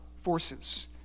forces